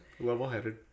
Level-headed